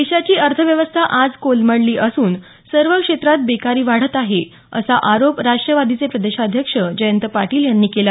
देशाची अर्थव्यवस्था आज कोलमडली असून सर्व क्षेत्रात बेकारी वाढत आहे असा आरोप राष्ट्रवादीचे प्रदेशाध्यक्ष जयंत पाटील यांनी केला